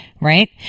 right